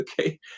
Okay